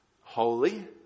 holy